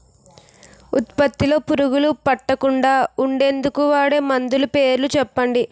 ఉత్పత్తి లొ పురుగులు పట్టకుండా ఉండేందుకు వాడే మందులు పేర్లు చెప్పండీ?